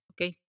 okay